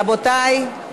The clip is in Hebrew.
רבותי.